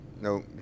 No